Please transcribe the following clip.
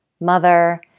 mother